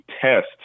test